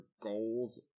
goals